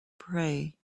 pray